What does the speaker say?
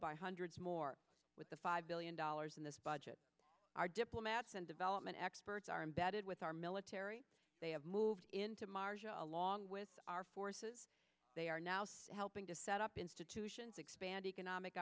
by hundreds more with the five billion dollars in this budget our diplomats and development experts are embedded with our military they have moved into marjah along with our forces they are now still helping to set up institutions expand economic